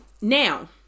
Now